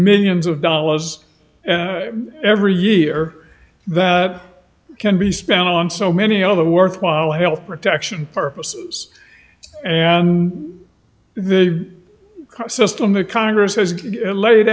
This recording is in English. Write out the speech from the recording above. millions of dollars every year that can be spent on so many other worthwhile health protection for the system that congress has laid